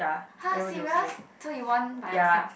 !huh! serious so you won by yourself